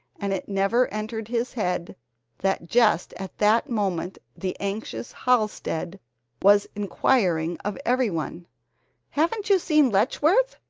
and it never entered his head that just at that moment the anxious halsted was inquiring of everyone haven't you seen letchworth?